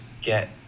get